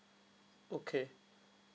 okay